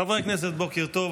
חברי הכנסת, בוקר טוב.